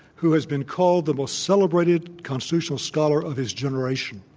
who has been called the most celebrated constitutional scholar of his generation.